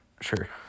Sure